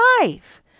life